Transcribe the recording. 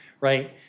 right